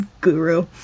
guru